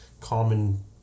common